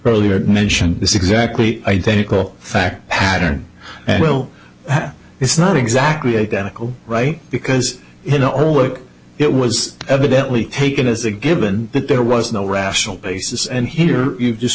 earlier mentioned this exactly identical fact pattern well it's not exactly identical right because you know homework it was evidently taken as a given that there was no rational basis and here you just